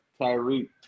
Tyreek